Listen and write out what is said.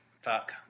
Fuck